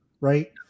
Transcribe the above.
right